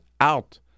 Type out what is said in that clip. out